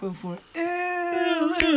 forever